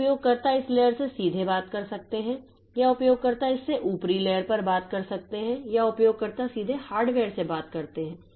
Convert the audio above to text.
तो उपयोगकर्ता इस लेयर से सीधे बात कर सकते हैं या उपयोगकर्ता इस से ऊपरी लेयर पर बात कर सकते हैं या उपयोगकर्ता सीधे हार्डवेयर से बात कर सकते हैं